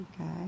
okay